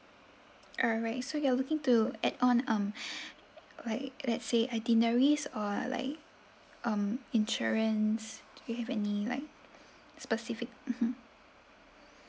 alright so you are looking to add on um like let's say itineraries or like um insurance do you have any like specific mmhmm